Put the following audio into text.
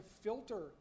filter